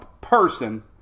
person